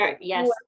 yes